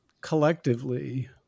collectively